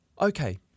Okay